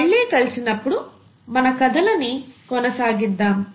మళ్ళి కలిసినపుడు మన కథలని కొనసాగిద్దాము